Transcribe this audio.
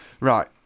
Right